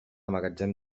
magatzem